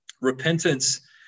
Repentance